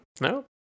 No